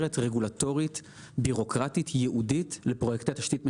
מסגרת רגולטורית ביורוקרטית ייעודית לפרויקטי תשתית מסוימים.